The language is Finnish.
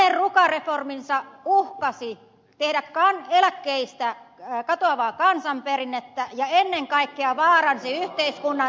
hänen ruka reforminsa uhkasi tehdä eläkkeistä katoavaa kansanperinnettä ja ennen kaikkea vaaransi yhteiskuntarauhan